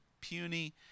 puny